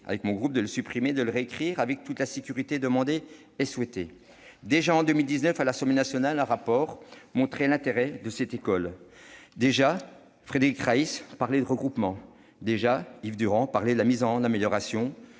que mon groupe, de supprimer cet article et de le réécrire avec toute la sécurité demandée et souhaitée. Déjà, en 2019, à l'Assemblée nationale, un rapport montrait l'intérêt de cette école. Déjà, Frédéric Reiss parlait de regroupement. Déjà, Yves Durand parlait de la mise en amélioration